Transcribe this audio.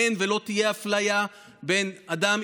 אין ולא תהיה אפליה בין בני אדם,